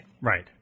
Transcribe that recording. Right